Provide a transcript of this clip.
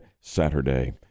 Saturday